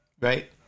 right